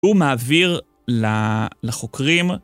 הוא מעביר ל... לחוקרים.